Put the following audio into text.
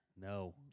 No